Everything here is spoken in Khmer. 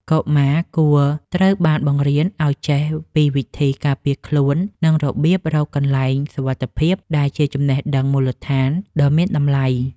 កុមារគួរត្រូវបានបង្រៀនឱ្យចេះពីវិធីការពារខ្លួន និងរបៀបរកកន្លែងសុវត្ថិភាពដែលជាចំណេះដឹងមូលដ្ឋានដ៏មានតម្លៃ។